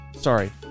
Sorry